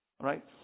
right